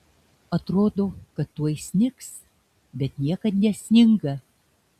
atrodo kad tuoj snigs bet niekad nesninga